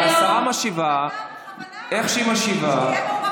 חברת הכנסת אורלי לוי אבקסיס,